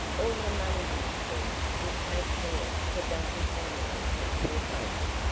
all the money you spend would take care of a dozen families of poor folks,